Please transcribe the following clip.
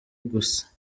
gusa